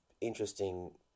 interesting